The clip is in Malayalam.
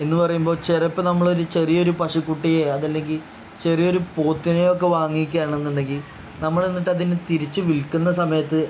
എന്ന് പറയുമ്പോൾ ചിലപ്പം നമ്മൾ ഒരു ചെറിയ ഒരു പശുക്കുട്ടിയെ അത് അല്ലെങ്കിൽ ചെറിയൊരു പോത്തിനെയൊക്കെ വാങ്ങിക്കുക ആണെന്ന് ഉണ്ടെങ്കിൽ നമ്മൾ എന്നിട്ട് അതിനെ തിരിച്ച് വിൽക്കുന്ന സമയത്ത്